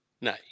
No